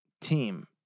team